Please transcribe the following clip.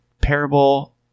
parable